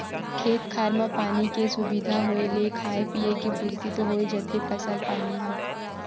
खेत खार म पानी के सुबिधा होय ले खाय पींए के पुरति तो होइ जाथे फसल पानी ह